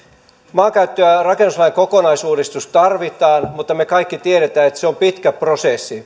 maankäyttö ja rakennuslain kokonaisuudistus tarvitaan mutta me kaikki tiedämme että se on pitkä prosessi